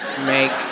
Make